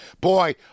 boy